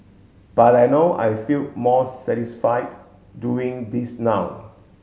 but I know I feel more satisfied doing this now